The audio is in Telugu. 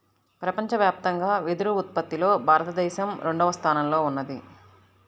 ప్రపంచవ్యాప్తంగా వెదురు ఉత్పత్తిలో భారతదేశం రెండవ స్థానంలో ఉన్నది